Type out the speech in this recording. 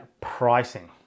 pricing